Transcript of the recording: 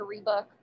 rebook